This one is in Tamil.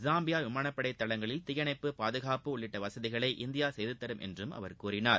ஜாம்பியா விமானப்படை தளங்களில் தீயணைப்பு பாதுகாப்பு உள்ளிட்ட வசதிகளை இந்தியா செய்து தரும் என்றும் கூறினார்